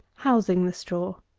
housing the straw.